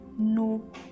No